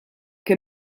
que